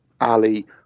Ali